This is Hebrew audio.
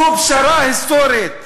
זו פשרה היסטורית.